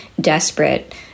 desperate